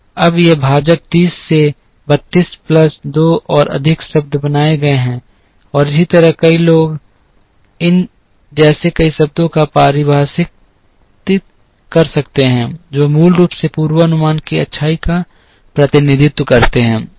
अब ये भाजक 30 से 32 प्लस 2 और अधिक शब्द बन गए हैं और इसी तरह कई लोग इन जैसे कई शब्दों को परिभाषित कर सकते हैं जो मूल रूप से पूर्वानुमान की अच्छाई का प्रतिनिधित्व करते हैं